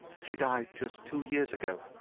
she died just two years ago,